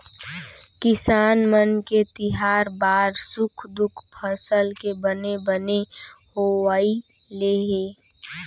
किसान मन के तिहार बार सुख दुख फसल के बने बने होवई ले हे